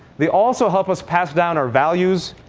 they also help us pass down our values,